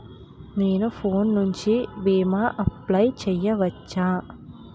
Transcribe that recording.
నేను ఫోన్ నుండి భీమా అప్లయ్ చేయవచ్చా?